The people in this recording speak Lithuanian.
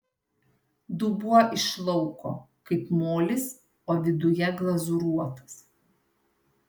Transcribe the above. dubuo iš lauko kaip molis o viduje glazūruotas